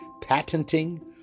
patenting